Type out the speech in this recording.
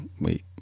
wait